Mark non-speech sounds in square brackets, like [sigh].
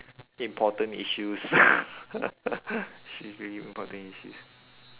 important issues [laughs] seriously important issues